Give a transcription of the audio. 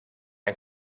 ein